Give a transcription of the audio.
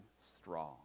strong